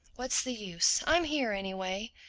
what's the use? i'm here anyway.